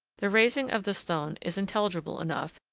the raising of the stone is intelligible enough,